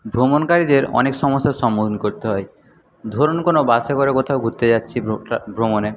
ভ্রমণকারীদের অনেক সমস্যার সম্মুখীন করতে হয় ধরুন কোন বাসে করে কোথাও ঘুরতে যাচ্ছি ভ্রমণে